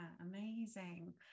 amazing